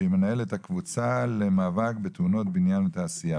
שהיא מנהלת הקבוצה למאבק בתאונות בניין ותעשייה.